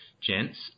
gents